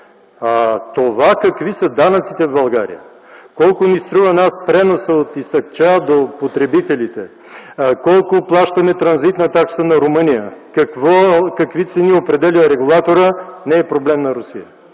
Това какви са данъците в България, колко ни струва преносът от Исакча до потребителите, колко плащаме транзитна такса на Румъния, какви цени определя регулаторът, не е проблем на Русия.